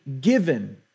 given